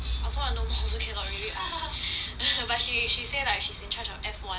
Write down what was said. also I know she say cannot say [one] but she she say like she's in charge of F1